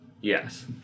Yes